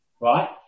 right